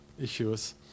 issues